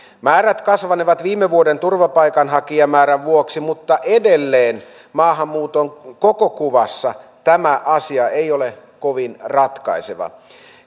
määrät kasvanevat viime vuoden turvapaikanhakijamäärän vuoksi mutta edelleen maahanmuuton koko kuvassa tämä asia ei ole kovin ratkaiseva